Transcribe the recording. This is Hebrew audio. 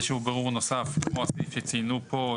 כמו הסעיף שציינו פה,